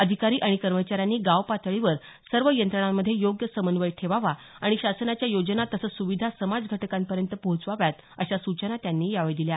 अधिकारी आणि कर्मचाऱ्यांनी गावपातळीवर सर्व यंत्रणांमध्ये योग्य समन्वय ठेवावा आणि शासनाच्या योजना तसंच सुविधा समाजघटकांपर्यंत पोहचवाव्यात अशा सूचना त्यांनी यावेळी दिल्या